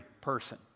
person